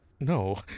No